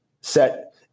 set